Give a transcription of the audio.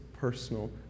personal